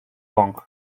kong